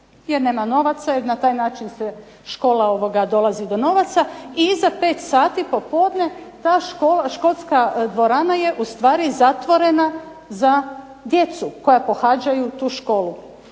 jer nema novaca jer na taj način škola dolazi do novaca. I iza 17 sati ta školska dvorana je zatvorena za djecu koja pohađaju tu školu.